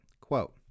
Quote